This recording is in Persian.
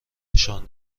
نشان